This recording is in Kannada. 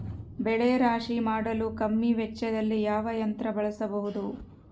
ಬೆಳೆ ರಾಶಿ ಮಾಡಲು ಕಮ್ಮಿ ವೆಚ್ಚದಲ್ಲಿ ಯಾವ ಯಂತ್ರ ಬಳಸಬಹುದು?